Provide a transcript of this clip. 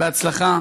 בהצלחה